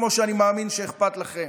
כמו שאני מאמין שאכפת לכם.